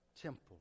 temple